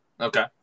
Okay